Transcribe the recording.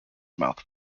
mouth